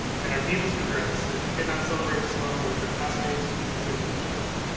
and, our deepest regrets that you cannot celebrate this moment with your classmates, teachers, and administrators.